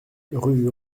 rue